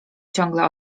ciągle